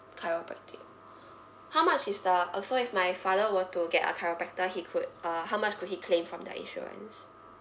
chiropractic how much is the uh so if my father were to get a chiropractor he could uh how much could he claim from the insurance